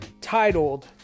titled